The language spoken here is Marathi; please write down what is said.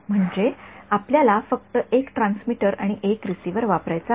म्हणजे आपल्याला फक्त एक ट्रान्समीटर आणि रिसीव्हर वापरायचा आहे